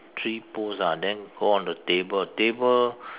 three poles ah then go on the table table